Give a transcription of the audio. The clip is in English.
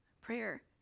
Prayer